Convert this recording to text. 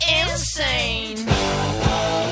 insane